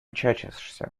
чатишься